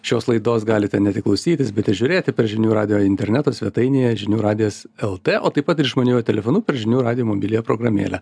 šios laidos galite ne tik klausytis bet ir žiūrėti per žinių radijo interneto svetainėje žinių radijas lt o taip pat ir išmaniuoju telefonu per žinių radijo mobiliąją programėlę